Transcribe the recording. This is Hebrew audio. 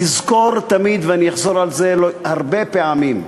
תזכור תמיד, ואני אחזור על זה הרבה פעמים: